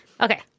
Okay